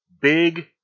big